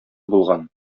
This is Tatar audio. булган